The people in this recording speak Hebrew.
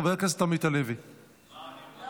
חבר הכנסת ירון לוי,